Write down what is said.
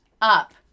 up